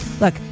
look